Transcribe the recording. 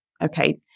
okay